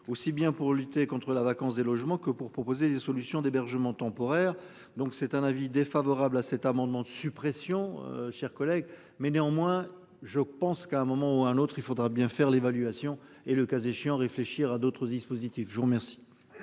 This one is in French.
aussi bien pour lutter contre la vacance des logements que pour proposer des solutions d'hébergement temporaire, donc c'est un avis défavorable à cet amendement de suppression chers collègues mais néanmoins je pense qu'à un moment ou un autre il faudra bien faire l'évaluation et, le cas échéant réfléchir à d'autres dispositifs je vous remercie.